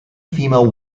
female